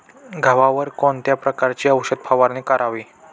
गव्हावर कोणत्या प्रकारची औषध फवारणी करावी?